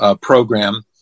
program